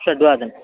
षड्वादने